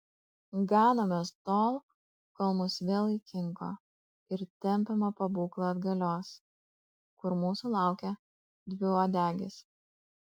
ganomės tol kol mus vėl įkinko ir tempiame pabūklą atgalios kur mūsų laukia dviuodegis